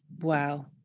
Wow